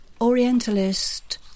orientalist